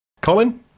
Colin